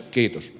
kiitos